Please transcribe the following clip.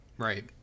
Right